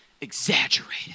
exaggerated